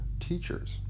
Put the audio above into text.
teachers